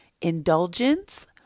indulgence